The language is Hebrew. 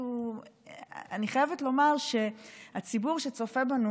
אני חייבת לומר שהציבור שצופה בנו,